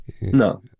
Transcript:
No